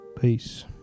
Peace